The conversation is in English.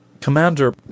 Commander